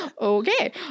Okay